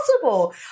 possible